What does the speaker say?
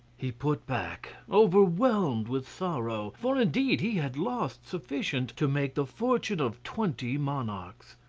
he put back, overwhelmed with sorrow, for indeed he had lost sufficient to make the fortune of twenty monarchs.